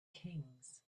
kings